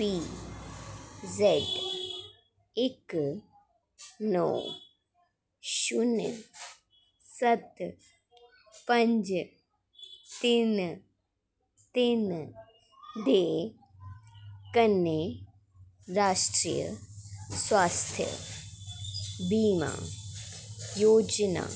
पी Z इक नौ शून्य सत्त पंज तिन तिन दे कन्नै राश्ट्री स्वास्थ्य बीमा योजना